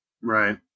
Right